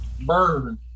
bird